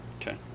Okay